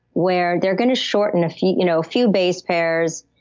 where they're going to shorten a few you know few base pairs,